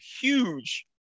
huge